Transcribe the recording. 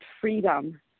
freedom